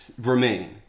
remain